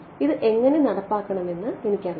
ഇത് എങ്ങനെ നടപ്പാക്കണമെന്ന് എനിക്കറിയാം